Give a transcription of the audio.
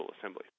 assembly